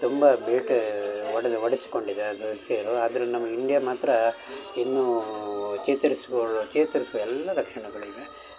ತುಂಬ ಬೇಟೇ ಹೊಡೆದು ಹೊಡೆಸ್ಕೊಂಡಿದೆ ಅದಕ್ಕೆ ಆದರೆ ನಮ್ಮ ಇಂಡಿಯಾ ಮಾತ್ರಾ ಇನ್ನೂ ಚೇತರಿಸಿಕೋ ಚೇತರಿಸುವ ಎಲ್ಲ ಲಕ್ಷಣಗಳು ಇವೆ